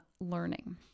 learning